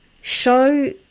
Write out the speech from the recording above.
Show